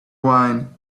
wine